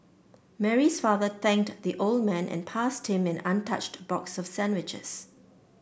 Mary's father thanked the old man and passed him an untouched box of sandwiches